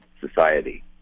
society